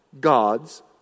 God's